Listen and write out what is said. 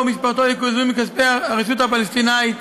ובמשפחתו יקוזזו מכספי הרשות הפלסטינית,